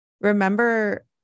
remember